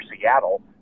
Seattle